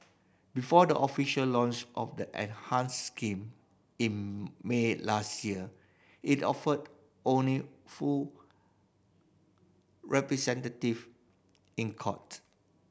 before the official launch of the enhanced scheme in May last year it offered only full representative in court